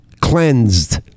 Cleansed